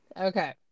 Okay